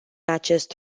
acest